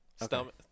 stomach